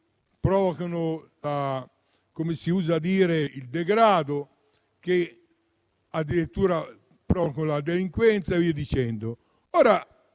provocano il degrado e addirittura la delinquenza e via dicendo. A